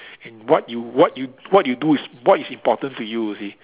and what you what you what you do is what is important to you you see